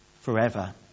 forever